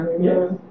Yes